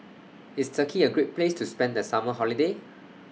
IS Turkey A Great Place to spend The Summer Holiday